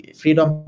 freedom